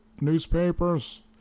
newspapers